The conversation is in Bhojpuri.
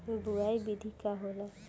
बुआई विधि का होला?